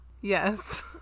Yes